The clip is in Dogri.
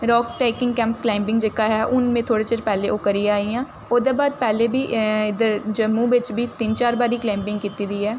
राक ट्रैकिंग कैंप क्लाइंबिंग जेह्का ऐ हून में थोह्ड़े चिर पैह्लें करियै आई आं ओह्दे बाद पैह्लें बी इद्धर जम्मू बिच्च बी तिन्न चार बारी क्लाइंबिंग कीती दी ऐ